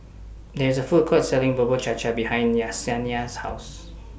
There IS A Food Court Selling Bubur Cha Cha behind Yesenia's House